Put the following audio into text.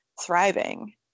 thriving